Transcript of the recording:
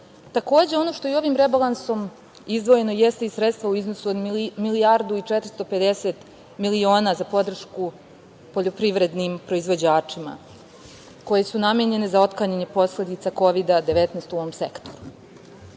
razvoja. Takođe, ono što je ovim rebalansom izdvojeno jeste i sredstva u iznosu od milijardu i 450 miliona za podršku poljoprivrednim proizvođačima, koji su namenjene za otklanjanje posledica Kovida 19 u ovom sektoru. Da